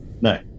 no